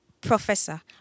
Professor